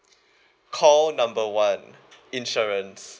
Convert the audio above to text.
call number one insurance